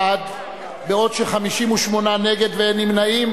בעוד שנגד, 58, ואין נמנעים.